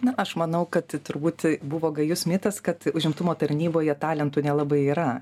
na aš manau kad turbūt buvo gajus mitas kad užimtumo tarnyboje talentų nelabai yra